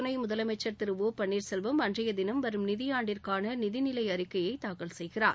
துணை முதலமைச்சர் திரு ஒபன்னீர்செல்வம் அன்றைய தினம் வரும் நிதியாண்டிற்கான நிதிநிலை அறிக்கையை தாக்கல் செய்கிறார்